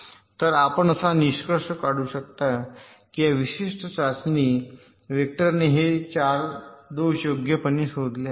तर आपण असा निष्कर्ष काढू शकता की या विशिष्ट चाचणी वेक्टरने हे 4 दोष योग्यपणे शोधले आहेत